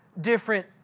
different